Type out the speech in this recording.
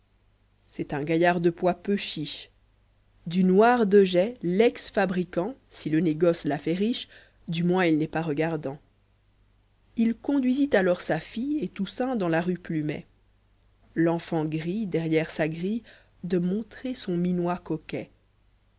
c'est un gaillard de poids peu chiche du noir de jais lex fabricant si le négoce l'a fait riche pu moins il n'est pas regardant il conduisit alors sa fille et toussaint dans la rue plumet l'enfant grillé derrière sa grille de montrer son minois coquet